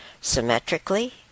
symmetrically